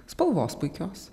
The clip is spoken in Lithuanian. spalvos puikios